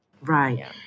Right